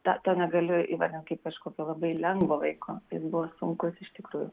tą to negaliu įvardint kaip kažkokio labai lengvo laiko jis buvo sunkus iš tikrųjų